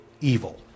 evil